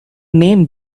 name